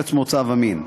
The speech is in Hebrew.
ארץ מוצא ומין.